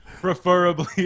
preferably